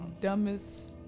dumbest